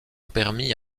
permis